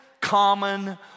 common